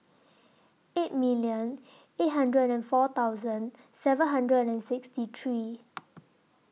eight million eight hundred and four thousand seven hundred and sixty three